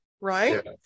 right